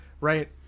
right